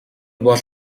бол